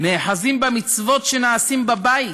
נאחזים במצוות שנעשות בבית,